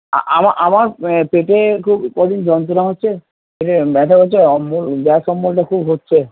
আমার পেটে খুব কদিন যন্ত্রণা হচ্ছে পেটে ব্যথা করছে অম্বল গ্যাস অম্বল্টা খুব হচ্ছে